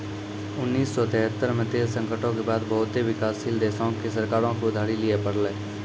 उन्नीस सौ तेहत्तर मे तेल संकटो के बाद बहुते विकासशील देशो के सरकारो के उधारी लिये पड़लै